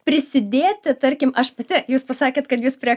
prisidėti tarkim aš pati jūs pasakėt kad jūs prie